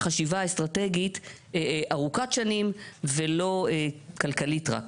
חשיבה אסטרטגית ארוכת שנים ולא כלכלית רק.